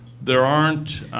there aren't